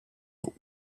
l’eau